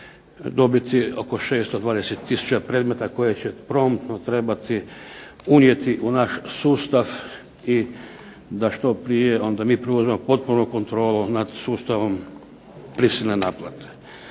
dobiti oko 620 tisuća predmeta koje će promptno trebati unijeti u naš sustav i da što prije mi preuzmemo potpunu kontrolu nad sustavom prisilne naplate.